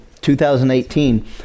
2018